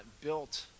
built